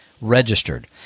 registered